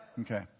Okay